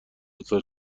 دوتا